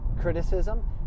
criticism